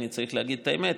אני צריך להגיד את האמת,